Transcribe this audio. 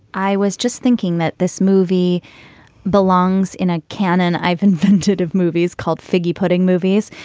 i was just thinking that this movie belongs in a canon. i've invented of movies called figgy pudding movies,